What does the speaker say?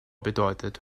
bedeutet